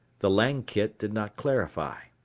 the langkit did not clarify.